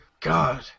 God